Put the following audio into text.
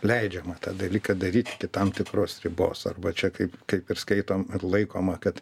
leidžiama tą dalyką daryt iki tam tikros ribos arba čia kaip kaip ir skaitom ar laikoma kad